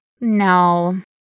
No